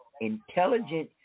intelligent